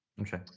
Okay